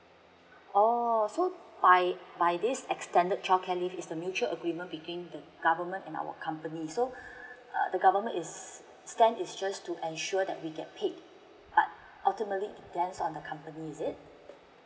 oh so by by this extended childcare leave is a mutual agreement between the government and our company so uh the government is stand is just to ensure that we get paid but ultimately depends on the company is it